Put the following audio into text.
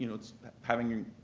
you know it's having